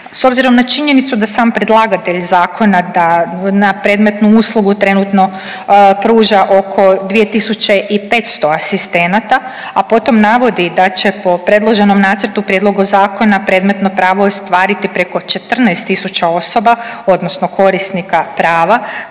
S obzirom na činjenicu da sam predlagatelj zakona da na predmetnu uslugu trenutno pruža oko 2500 asistenata, a potom navodi da će po predloženom nacrtu prijedlogu zakona predmetno pravo ostvariti preko 14.000 osoba odnosno korisnika prava,